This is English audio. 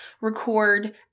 record